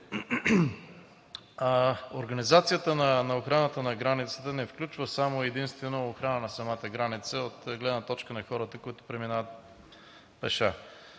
Организацията на охраната на границата не включва само и единствено охрана на самата граница от гледна точка на хората, които преминават пеша.